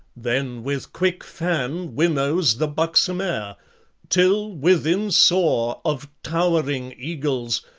then with quick fan winnows the buxom air till within soar of towering eagles,